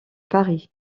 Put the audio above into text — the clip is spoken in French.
paris